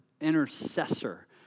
intercessor